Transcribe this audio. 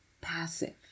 passive